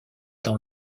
dans